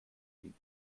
nie